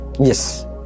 Yes